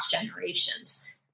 generations